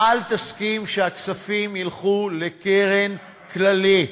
אל תסכים שהכספים ילכו לקרן כללית.